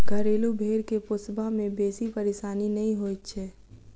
घरेलू भेंड़ के पोसबा मे बेसी परेशानी नै होइत छै